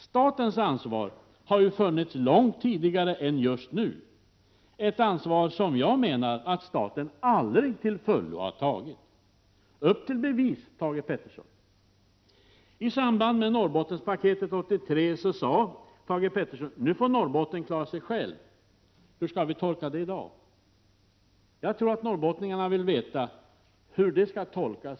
Statens ansvar har ju funnits långt tidigare än bara just nu, ett ansvar som jag menar att staten aldrig till fullo har tagit. Upp till bevis, Thage G Peterson! I samband med Norrbottenspaketet 1983 sade Thage Peterson: ”Nu får Norrbotten klara sig självt.” Hur skall vi tolka det i dag? Det tror jag att norrbottningarna vill veta.